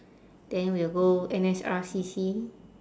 then we'll go N_S_R_C_C